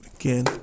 Again